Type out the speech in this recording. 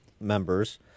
members